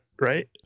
right